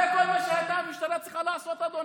זה כל מה שהייתה המשטרה צריכה לעשות, אדוני.